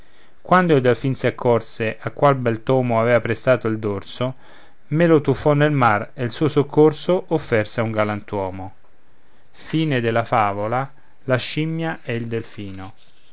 quando il delfin si accorse a qual bel tomo avea prestato il dorso me lo tuffò nel mar e il suo soccorso offerse a un galantuomo e